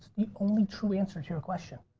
the only true answer to your question.